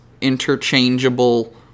interchangeable